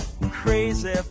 crazy